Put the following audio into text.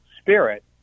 spirit